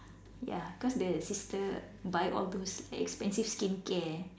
ya cause the sister buy all those expensive skincare